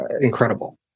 incredible